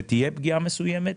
ותהיה פגיעה מסוימת,